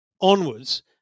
onwards